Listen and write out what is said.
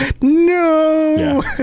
no